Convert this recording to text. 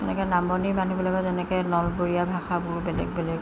এনেকৈ নামনি মানুহবিলাকৰ যেনেকৈ নলবৰীয়া ভাষাবোৰ বেলেগ বেলেগ